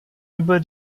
über